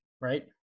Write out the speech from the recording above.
right